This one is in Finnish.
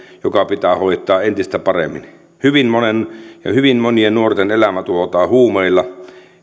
pitää hoitaa entistä paremmin hyvin monien nuorten elämä tuhotaan huumeilla